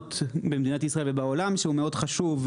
האחרונות במדינת ישראל ובעולם שהוא מאוד חשוב,